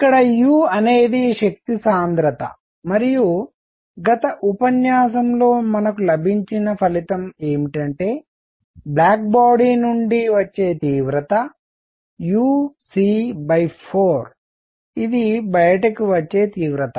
ఇక్కడ u అనేది శక్తి సాంద్రత మరియు గత ఉపన్యాసంలో మనకు లభించిన ఫలితం ఏమిటంటే బ్లాక్ బాడీ నుండి వచ్చే తీవ్రత uc 4 ఇది బయటకు వచ్చే తీవ్రత